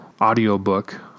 audiobook